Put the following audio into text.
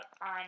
on